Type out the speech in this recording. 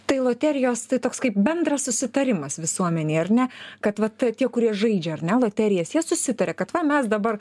tai loterijos tai toks kaip bendras susitarimas visuomenėj ar ne kad vat tie kurie žaidžia ar ne loterijas jie susitaria kad va mes dabar